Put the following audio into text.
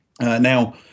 Now